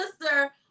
sister